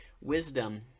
wisdom